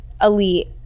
Elite